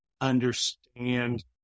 understand